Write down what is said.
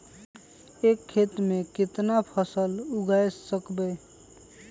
एक खेत मे केतना फसल उगाय सकबै?